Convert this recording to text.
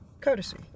courtesy